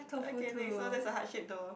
okay next so that's a heart shape though